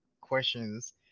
questions